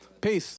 Peace